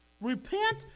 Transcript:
Repent